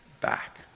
Back